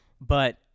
But-